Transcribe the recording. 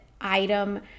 item